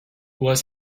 was